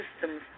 systems